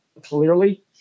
clearly